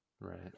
right